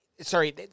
Sorry